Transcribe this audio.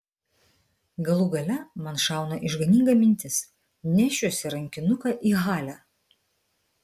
galų gale man šauna išganinga mintis nešiuosi rankinuką į halę